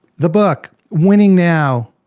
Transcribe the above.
the book winning now,